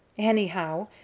anyhow,